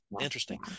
interesting